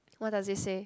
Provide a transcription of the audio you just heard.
what does it say